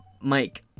Mike